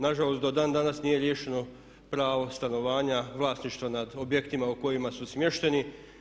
Nažalost, do dan danas nije riješeno pravo stanovanja vlasništva nad objektima u kojima su smješteni.